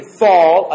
fall